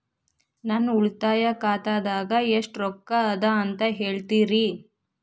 ನನ್ನ ಉಳಿತಾಯ ಖಾತಾದಾಗ ಎಷ್ಟ ರೊಕ್ಕ ಅದ ಅಂತ ಹೇಳ್ತೇರಿ?